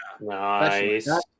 Nice